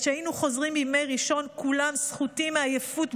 כשהיינו חוזרים בימי ראשון כולם סחוטים מעייפות,